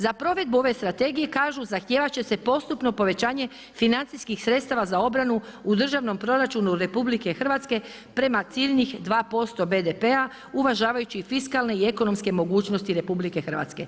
Za provedbu ove strategije kažu, zahtijevati će se postupno povećanje financijskih sredstava za obranu u državnom proračunu RH prema ciljnih 2% BDP-a uvažavajući fiskalne i ekonomske mogućnosti RH.